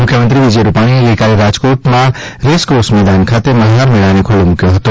મુખ્યમંત્રી વિજય રૂપાણીએ ગઇકાલે રાજકોટમાં રેસકોર્સ મેદાન ખાતે મલ્હાર મેળાને ખુલ્લો મૂક્યો હતો